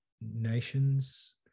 nations